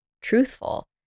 truthful